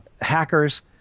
hackers